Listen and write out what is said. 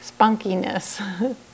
spunkiness